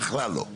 בכלל לא.